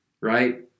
right